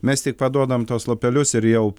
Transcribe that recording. mes tik paduodam tuos lapelius ir jau